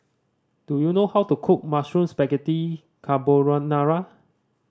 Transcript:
do you know how to cook Mushroom Spaghetti Carbonara